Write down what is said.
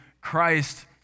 Christ